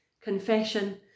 confession